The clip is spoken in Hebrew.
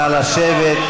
נא לשבת,